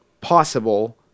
possible